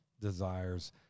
desires